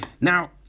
Now